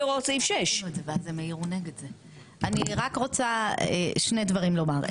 הוראות סעיף 6. אני רק רוצה שני דברים לומר.